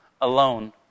alone